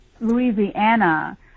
Louisiana